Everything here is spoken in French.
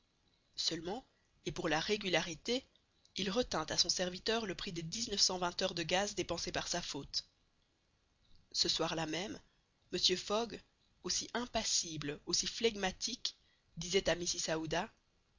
seulement et pour la régularité il retint à son serviteur le prix des dix-neuf cent vingt heures de gaz dépensé par sa faute ce soir-là même mr fogg aussi impassible aussi flegmatique disait à mrs aouda